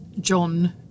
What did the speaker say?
John